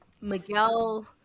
Miguel